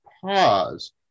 pause